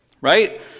right